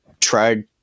tried